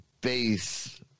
base